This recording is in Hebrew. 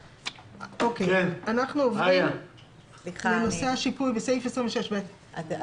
אנחנו עוברים לנושא השיפוי בסעיף 26ב. סליחה,